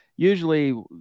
Usually